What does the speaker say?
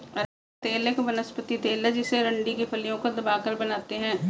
अरंडी का तेल एक वनस्पति तेल है जिसे अरंडी की फलियों को दबाकर बनाते है